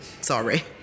Sorry